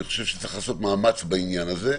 אני חושב שצריך לעשות מאמץ בעניין הזה.